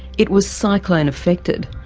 it was cyclone-affected.